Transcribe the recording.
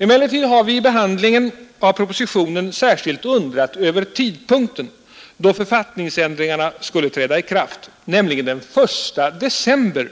Emellertid har vi vid behandlingen av propositionen särskilt undrat över tidpunkten då författningsändringarna skulle träda i kraft, nämligen den 1 december